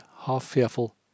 half-fearful